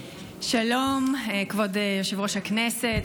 שלום, כבוד יושב-ראש הכנסת.